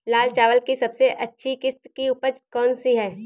लाल चावल की सबसे अच्छी किश्त की उपज कौन सी है?